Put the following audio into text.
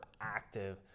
active